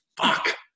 fuck